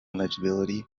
legibility